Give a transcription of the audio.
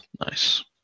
Nice